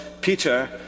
Peter